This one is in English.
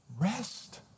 rest